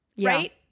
right